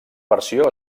versió